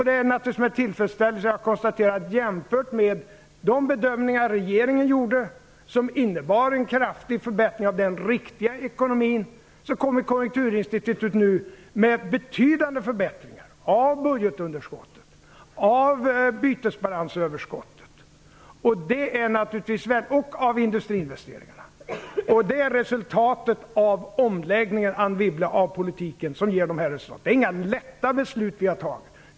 Det är naturligtvis med tillfredsställelse jag konstaterar att jämfört med de bedömningar regeringen gjorde, som innebar en kraftig förbättring av den riktiga ekonomin, kommer Konjunkturinstitutet nu med betydande förbättringar av budgetunderskottet, bytesbalansen och industriinvesteringarna. Det är omläggningen av politiken, Anne Wibble, som ger dessa resultat. Det är inga lätta beslut vi har fattat.